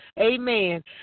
Amen